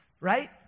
right